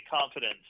confidence